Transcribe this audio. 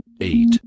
eight